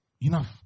Enough